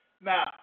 Now